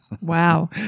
Wow